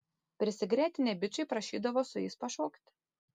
prisigretinę bičai prašydavo su jais pašokti